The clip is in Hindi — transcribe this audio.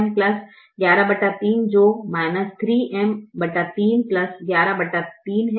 इसलिए यह M 113 जो 3M 3 113 है